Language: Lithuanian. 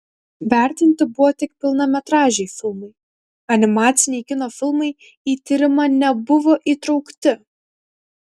vertinti buvo tik pilnametražiai filmai animaciniai kino filmai į tyrimą nebuvo įtraukti